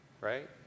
right